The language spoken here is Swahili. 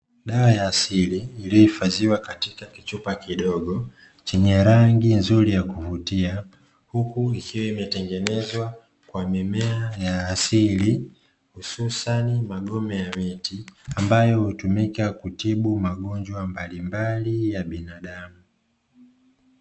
Dawa ya asili iliyohifadhiwa katika kichupa kidogo, chenye rangi nzuri ya kuvutia huku ikiwa imetengenezwa kwa mimea ya asili hususani magome ya miti ambayo hutumika kutibu magonjwa mbalimbali ya binadamu.